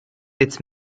its